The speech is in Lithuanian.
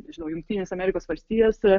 nežinau jungtines amerikos valstijas